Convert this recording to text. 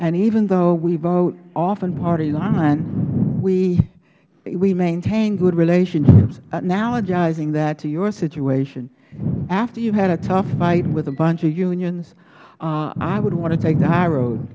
and even though we vote often party line we maintain good relationships analogizing that to your situation after you have had a tough fight with a bunch of unions i would want to take the high road